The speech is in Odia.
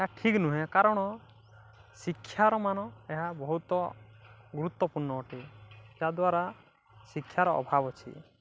ଏହା ଠିକ୍ ନୁହେଁ କାରଣ ଶିକ୍ଷାର ମାନ ଏହା ବହୁତ ଗୁରୁତ୍ୱପୂର୍ଣ୍ଣ ଅଟେ ଯାହାଦ୍ୱାରା ଶିକ୍ଷାର ଅଭାବ ଅଛି